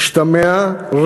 משתמע,